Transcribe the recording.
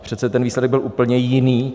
Přece ten výsledek byl úplně jiný.